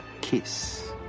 kiss